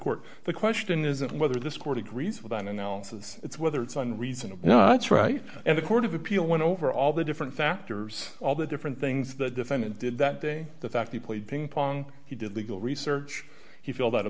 court the question isn't whether this court agrees with an analysis it's whether it's on reasonable well that's right and the court of appeal went over all the different factors all the different things the defendant did that day the fact he played ping pong he did legal research he feel that